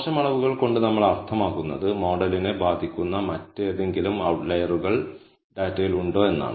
മോശം അളവുകൾ കൊണ്ട് നമ്മൾ അർത്ഥമാക്കുന്നത് മോഡലിനെ ബാധിക്കുന്ന മറ്റേതെങ്കിലും ഔട്ട്ലൈയറുകൾ ഡാറ്റയിൽ ഉണ്ടോ എന്നാണ്